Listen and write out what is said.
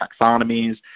taxonomies